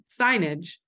signage